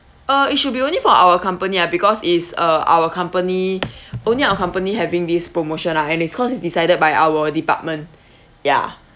uh it should be only for our company ah because it's uh our company only our company having this promotion lah and it's cause it's decided by our department yeah